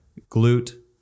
glute